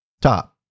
Top